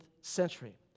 century